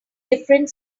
different